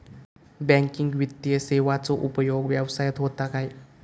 Banking वित्तीय सेवाचो उपयोग व्यवसायात होता काय?